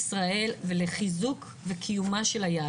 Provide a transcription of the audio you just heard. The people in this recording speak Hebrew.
-- אבל אתן למציעה את זכות הדיבור על מנת לנמק ולהסביר על מה הדיון.